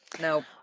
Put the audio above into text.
No